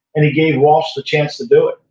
and he gave walsh the chance to do it